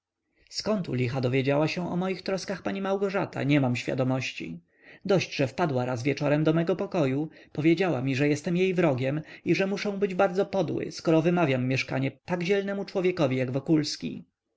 u licha dowiedziała się o moich troskach pani małgorzata nie mam świadomości dość że wpadła raz wieczorem do mego pokoju powiedziała mi że jestem jej wrogiem i że muszę być bardzo podły skoro wymawiam mieszkanie tak dzielnemu człowiekowi jak wokulski